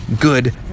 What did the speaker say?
good